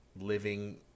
living